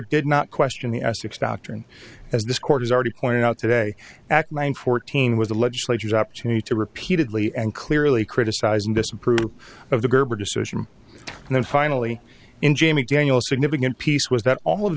did not question the asterix doctrine as this court has already pointed out today act mind fourteen was the legislature's opportunity to repeatedly and clearly criticize and disapprove of the gerber decision and then finally in jamie daniel significant piece was that all of